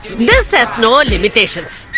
nest known each